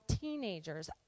teenagers